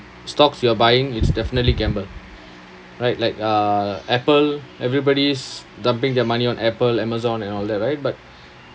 stocks you're buying it's definitely gamble right like uh Apple everybody's dumping their money on Apple Amazon and all that right but